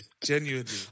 Genuinely